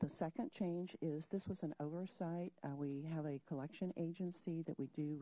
the second change is this was an oversight we have a collection agency that we do